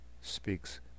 speaks